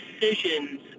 decisions